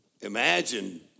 imagine